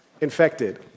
infected